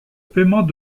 paiement